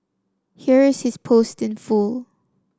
here is his post in full